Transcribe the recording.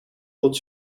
tot